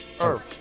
earth